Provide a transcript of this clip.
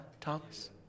Thomas